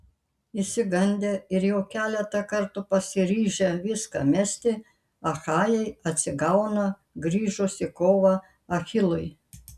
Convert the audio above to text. išsigandę ir jau keletą kartų pasiryžę viską mesti achajai atsigauna grįžus į kovą achilui